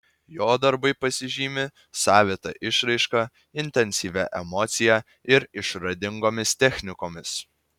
jo darbai pasižymi savita išraiška intensyvia emocija ir išradingomis technikomis